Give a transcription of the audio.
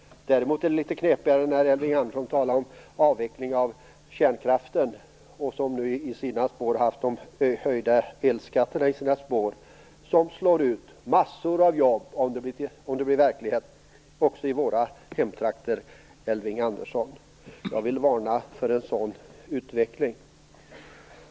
Däremot blir det litet knepigare när Elving Andersson talar om avvecklingen av kärnkraften, i vars spår följer höjda elskatter som slår ut en mängd jobb om det här blir verklighet. Detta gäller också i våra hemtrakter, Elving Andersson! Jag vill varna för en sådan utveckling.